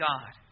God